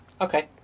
okay